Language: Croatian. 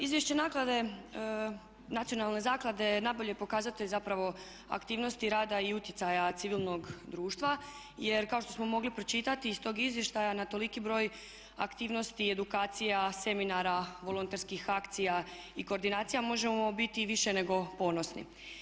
Izvješće naklade Nacionalne zaklade najbolji je pokazatelj zapravo aktivnosti rada i utjecaja civilnog društva jer kao što smo mogli pročitati iz tog izvještaja na toliki broja aktivnosti i edukacija, seminara, volonterskih akcija i koordinacija možemo biti i više nego ponosni.